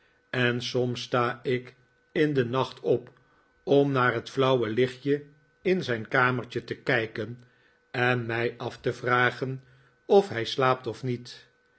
en soms sta ik in den nacht op om naar het flauwe lichtje in zijn kamertje te kijken en mij af te vragen of hij slaapt of niet